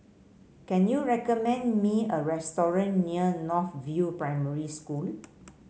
can you recommend me a restaurant near North View Primary School